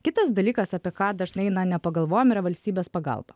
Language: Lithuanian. kitas dalykas apie ką dažnai nepagalvojam yra valstybės pagalba